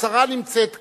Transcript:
השרה נמצאת כאן,